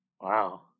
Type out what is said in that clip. wow